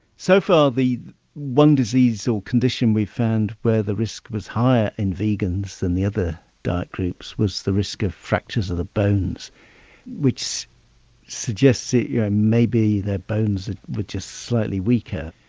so far the one disease or condition we found where the risk was higher in vegans than the other diet groups, was the risk of fractures of the bones which suggests you know maybe their bones were just slightly weaker,